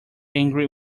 angry